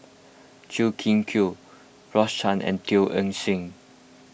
Chua Kim Yeow Rose Chan and Teo Eng Seng